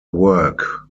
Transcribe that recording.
work